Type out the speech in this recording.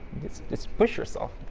it's just push yourself.